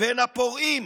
בין הפורעים,